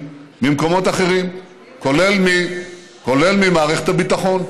אבל אני רוצה להגיד דבר אחד: שהאחריות לביטחון,